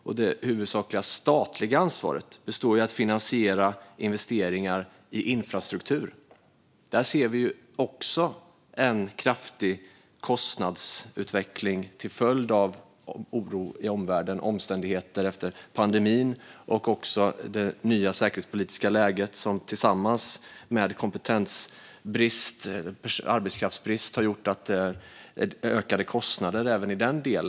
Och det huvudsakliga statliga ansvaret består i att finansiera investeringar i infrastruktur. Där ser vi också en kraftig kostnadsutveckling till följd av oro i omvärlden, omständigheter efter pandemin och det nya säkerhetspolitiska läget som tillsammans med kompetensbrist och arbetskraftsbrist har gjort att det har blivit ökade kostnader även i denna del.